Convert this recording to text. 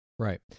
Right